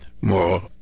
more